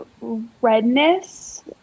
redness